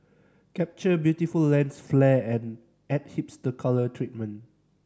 capture beautiful lens flare and add hipster colour treatment